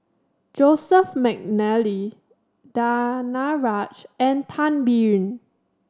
Joseph McNally Danaraj and Tan Biyun